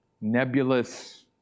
nebulous